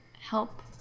help